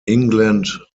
england